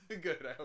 good